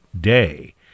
day